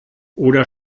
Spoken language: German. oder